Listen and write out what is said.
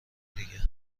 دیگه